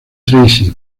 tracy